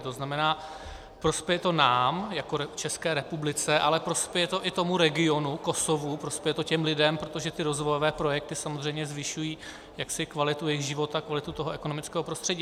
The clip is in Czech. To znamená, prospěje to nám jako České republice, ale prospěje to i tomu regionu, Kosovu, prospěje to těm lidem, protože ty rozvojové projekty samozřejmě zvyšují kvalitu jejich života, kvalitu toho ekonomického prostředí.